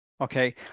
Okay